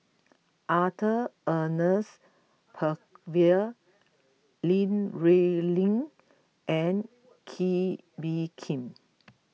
Arthur Ernest Percival Li Rulin and Kee Bee Khim